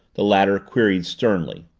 the latter queried sternly.